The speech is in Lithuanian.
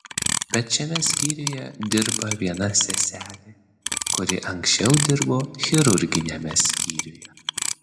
bet šiame skyriuje dirba viena seselė kuri anksčiau dirbo chirurginiame skyriuje